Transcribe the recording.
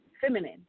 feminine